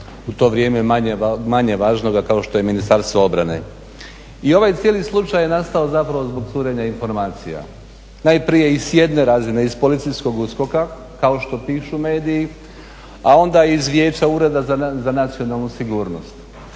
u to vrijeme manje važnoga kao što je Ministarstvo obrane. I ovaj cijeli slučaj je nastao zapravo zbog curenja informacija, najprije i s jedne razine iz policijskog USKOK-a kao što pišu mediji, a onda i iz Vijeća ureda za nacionalnu sigurnost.